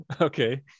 okay